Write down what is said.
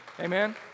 amen